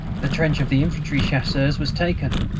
the trench of the infantry chasseurs was taken.